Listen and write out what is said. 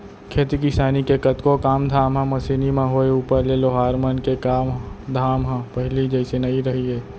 खेती किसानी के कतको काम धाम ह मसीनी म होय ऊपर ले लोहार मन के काम धाम ह पहिली जइसे नइ रहिगे